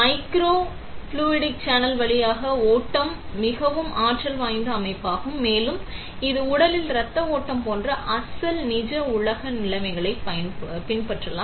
microfluidic channel வழியாக ஓட்டம் மிகவும் ஆற்றல் வாய்ந்த அமைப்பாகும் மேலும் இது உடலில் இரத்த ஓட்டம் போன்ற அசல் நிஜ உலக நிலைமைகளைப் பின்பற்றலாம்